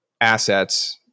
assets